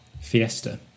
Fiesta